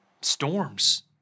Storms